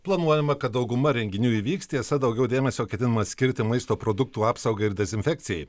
planuojama kad dauguma renginių įvyks tiesa daugiau dėmesio ketinama skirti maisto produktų apsaugai ir dezinfekcijai